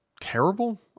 terrible